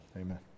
Amen